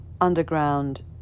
underground